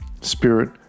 spirit